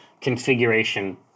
configuration